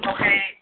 Okay